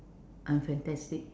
I'm fantastic